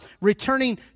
returning